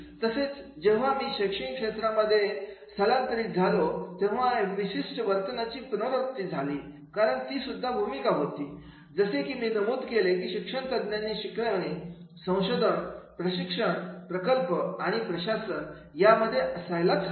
तसेच जेव्हा मी शैक्षणिक क्षेत्रामध्ये हा स्थलांतरित झालो तेव्हा हा विशिष्ट वर्तनाची पुनरावृत्ती झाली कारण ती सुद्धा भूमिका होती जसे की मी नमूद केले शिक्षण तज्ञांनी शिकवणे संशोधन प्रशिक्षण प्रकल्प आणि प्रशासन यामध्ये असायलाच पाहिजे